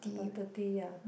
about thirty ya